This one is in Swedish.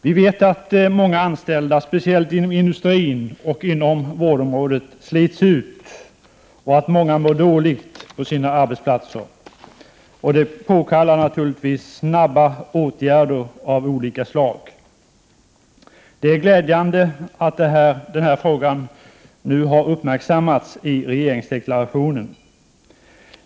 Vi vet att många anställda, speciellt inom industrin och vårdområdet, slits ut och att många mår dåligt på sina arbetsplatser. Det påkallar naturligtvis snabba åtgärder av olika slag. Det är glädjande att dessa frågor nu har uppmärksammats i regeringsdeklarationen.